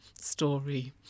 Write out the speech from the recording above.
story